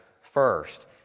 first